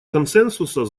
консенсуса